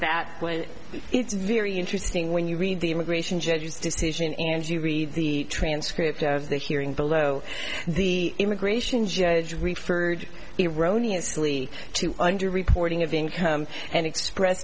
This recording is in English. that when it's very interesting when you read the immigration judge's decision and you read the transcript of the hearing below the immigration judge referred eroni asli to under reporting of income and express